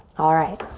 alright,